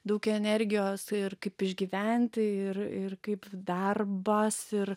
daug energijos ir kaip išgyventi ir ir kaip darbas ir